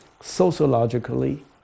sociologically